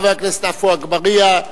חבר הכנסת עפו אגבאריה,